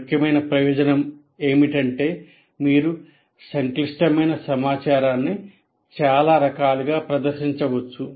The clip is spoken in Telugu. ముఖ్యమైన ప్రయోజనం ఏమిటంటే మీరు సంక్లిష్టమైన సమాచారాన్నిచాలా రకాలుగా ప్రదర్శించవచ్చు